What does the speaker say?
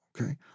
okay